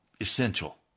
essential